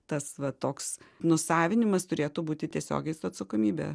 tas va toks nusavinimas turėtų būti tiesiogiai su atsakomybe